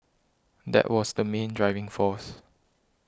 that was the main driving force